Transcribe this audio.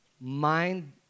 Mind